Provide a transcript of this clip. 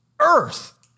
earth